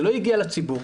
זה לא הגיע לציבור.